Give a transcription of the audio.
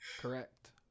Correct